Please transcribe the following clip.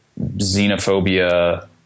xenophobia